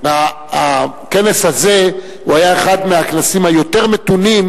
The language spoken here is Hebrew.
הכנס הזה היה אחד מהכנסים היותר מתונים,